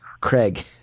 Craig